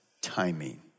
timing